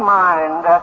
mind